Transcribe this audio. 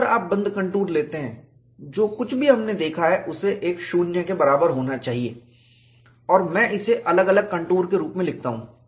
अगर आप बंद कंटूर लेते हैं जो कुछ भी हमने देखा है उसे शून्य के बराबर होना चाहिए और मैं इसे अलग अलग कंटूर के रूप में लिखता हूं